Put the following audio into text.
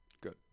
Good